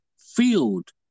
field